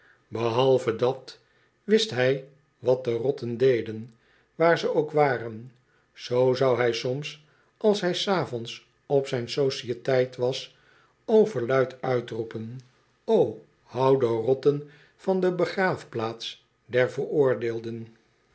behalve dat wist hij wat de rotten deden waar ze ook waren zoo zou hij soms als hij s avonds op zijn sociëteit was overluid uitroepen o hou de rotten van de begraafplaats der veroordeelden